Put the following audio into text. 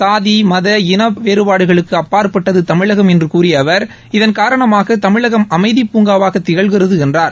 ஜாதி மத இன வேறுபாடுகளுக்கு அப்பாற்பட்டது தமிழகம் என்று கூறிய அவர் இதன் காரணமாக தமிழகம் அமைதிப் பூங்காவாக திகழ்கிறது என்றார்